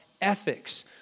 ethics